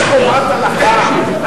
יש חובת הנחה.